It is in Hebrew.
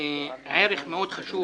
חבר הכנסת טיבי, בבקשה.